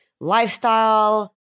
lifestyle